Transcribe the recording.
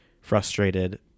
frustrated